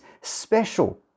special